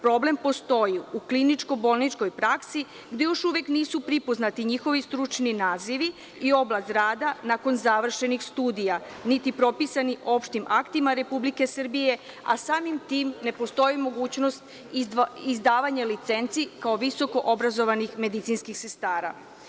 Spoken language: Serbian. Problem postoji u kliničko-bolničkoj praksi gde još uvek nisu prepoznati njihovi stručni nazivi i oblast rada nakon završenih studija, niti propisani opštim aktima Republike Srbije, a samim tim ne postoji mogućnost izdavanja licenci kao visoko obrazovanih medicinskih sestara.